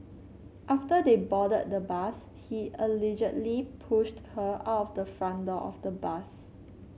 after they boarded the bus he allegedly pushed her out of the front door of the bus